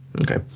Okay